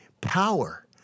power